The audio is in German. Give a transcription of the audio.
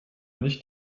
nicht